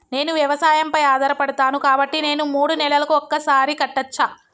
నేను వ్యవసాయం పై ఆధారపడతాను కాబట్టి నేను మూడు నెలలకు ఒక్కసారి కట్టచ్చా?